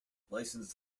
licensed